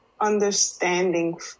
understanding